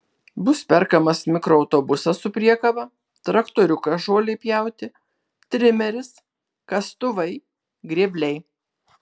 bus perkamas mikroautobusas su priekaba traktoriukas žolei pjauti trimeris kastuvai grėbliai